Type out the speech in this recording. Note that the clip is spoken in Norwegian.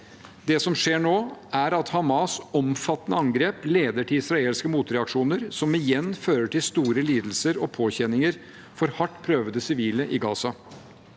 Det som skjer nå, er at Hamas’ omfattende angrep leder til israelske motreaksjoner, som igjen fører til store lidelser og påkjenninger for hardt prøvede sivile i Gaza.